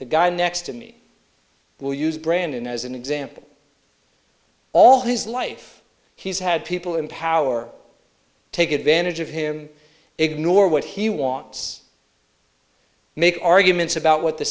the guy next to me will use brandon as an example all his life he's had people in power take advantage of him ignore what he wants make arguments about what the